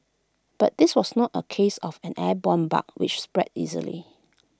but this was not A case of an airborne bug which spreads easily